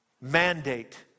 mandate